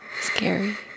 scary